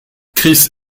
chris